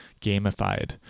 gamified